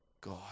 God